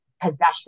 possession